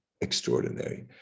extraordinary